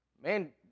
man